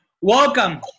Welcome